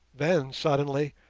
then, suddenly,